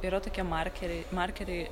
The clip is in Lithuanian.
yra tokie markeriai markeriai